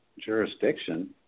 jurisdiction